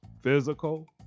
physical